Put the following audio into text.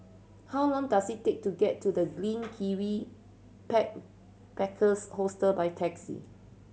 how long does it take to get to The Green Kiwi Pack Packers Hostel by taxi